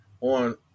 on